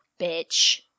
bitch